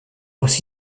aussi